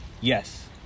yes